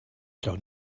gawn